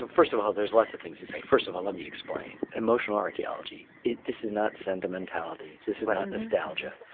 but first of all there's lots of things to say. first of all, let me explain. emotional archaeology this is not sentimentality. this is not nostalgia.